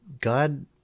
God